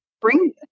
bring